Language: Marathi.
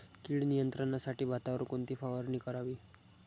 कीड नियंत्रणासाठी भातावर कोणती फवारणी करावी?